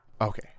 okay